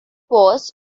was